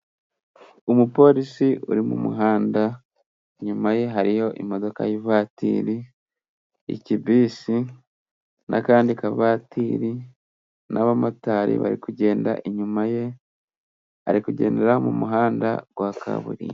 Umuporisi uri mu muhanda, inyuma ye hariyo imodoka y'ivatiri, i kibisi n'akandi kavatiri n'abamotari bari kugenda inyuma ye, ari kugendera mu muhanda wa kaburimbo.